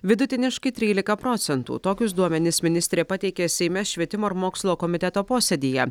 vidutiniškai trylika procentų tokius duomenis ministrė pateikė seime švietimo ir mokslo komiteto posėdyje